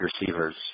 receivers